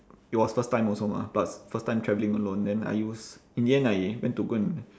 it was first time also mah plus first time travelling alone then I use in the end I went to go and